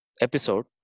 episode